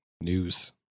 news